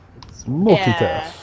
Multitask